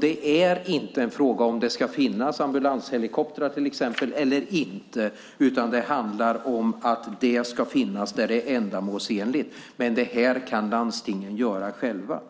Det är inte en fråga om det ska finnas ambulanshelikoptrar eller inte, utan det handlar om att de ska finnas där det är ändamålsenligt. Men det här kan landstingen göra själva.